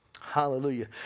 Hallelujah